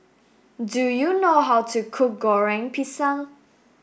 do you know how to cook Goreng Pisang